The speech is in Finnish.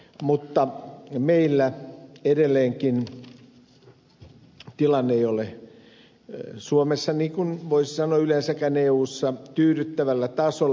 mutta meillä edelleenkään tilanne ei ole suomessa niin kuin voisi sanoa yleensäkään eussa tyydyttävällä tasolla